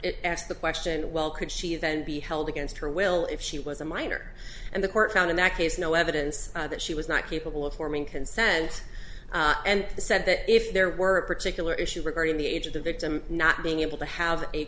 court asked the question well could she then be held against her will if she was a minor and the court found in that case no evidence that she was not capable of forming consent and said that if there were a particular issue regarding the age of the victim not being able to have a